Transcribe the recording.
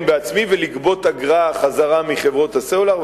בעצמי ולגבות אגרה חזרה מחברות הסלולר,